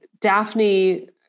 Daphne